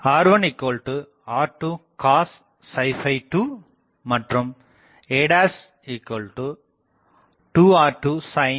R1R2cos 2 மற்றும் a2R2 sin 2